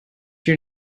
your